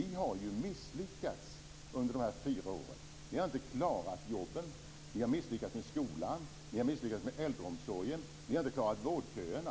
Ni har misslyckats under dessa fyra år. Ni har inte klarat jobben. Ni har misslyckats med skolan. Ni har misslyckats med äldreomsorgen. Ni har inte klarat vårdköerna.